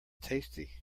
tasty